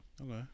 okay